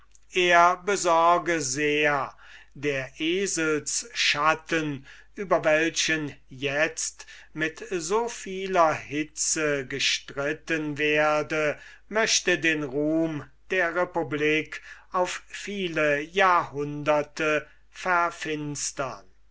er besorge sehr der eselsschatten über welchen itzt mit so vieler hitze gestritten werde möchte den ruhm der republik auf viele jahrhunderte verfinstern